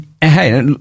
Hey